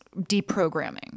deprogramming